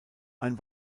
ein